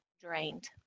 drained